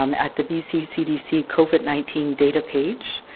um at the bc cdc covid nineteen data page.